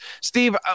Steve